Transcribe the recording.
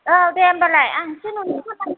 औ दे होमब्लाय